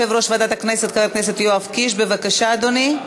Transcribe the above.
חבר הכנסת יואב קיש, בבקשה, אדוני.